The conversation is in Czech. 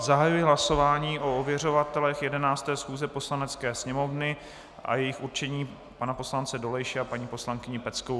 Zahajuji hlasování o ověřovatelích 11. schůze Poslanecké sněmovny a jejich určení, pana poslance Dolejše a paní poslankyni Peckovou.